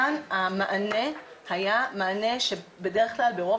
כאן המענה היה מענה שבדרך כלל ברוב